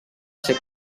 ser